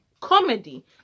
comedy